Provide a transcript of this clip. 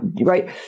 Right